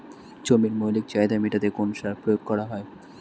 জমির মৌলিক চাহিদা মেটাতে কোন সার প্রয়োগ করা হয়?